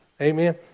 Amen